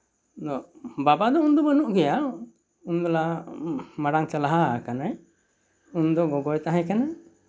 ᱟᱫᱚ ᱵᱟᱵᱟ ᱫᱚ ᱩᱱᱫᱚ ᱵᱟᱹᱱᱩᱜᱮᱭᱟ ᱩᱱ ᱵᱮᱞᱟ ᱢᱟᱲᱟᱝᱛᱮ ᱞᱟᱦᱟ ᱟᱠᱟᱱᱟᱭ ᱩᱱᱫᱚ ᱜᱚᱜᱚᱭ ᱛᱟᱦᱮᱸ ᱠᱟᱱᱟ